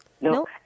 No